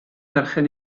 berchen